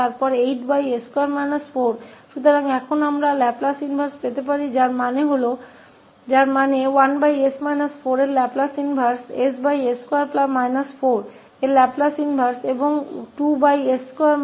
तो अब हमे लाप्लास इनवर्स मतलब 1s 4 का लाप्लास इनवर्स 𝑠s24का लाप्लास इनवर्स2s24का लाप्लास इनवर्स मिल सकता है